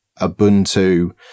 Ubuntu